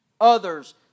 others